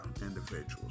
individuals